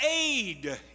aid